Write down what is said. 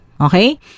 okay